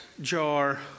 jar